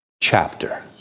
chapter